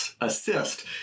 assist